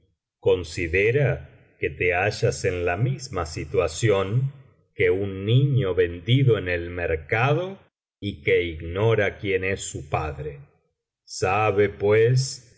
considera que te hallas en la misma situación que un niño vendido en el mercado y que ignora quién es su padre sabe pues